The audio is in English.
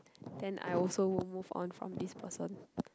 then I will also move on from this person